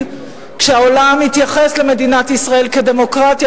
כשהעולם יתייחס למדינת ישראל כאל דמוקרטיה,